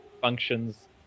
functions